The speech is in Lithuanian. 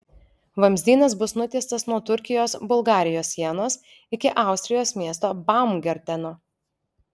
vamzdynas bus nutiestas nuo turkijos bulgarijos sienos iki austrijos miesto baumgarteno